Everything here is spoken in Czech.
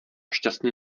šťastný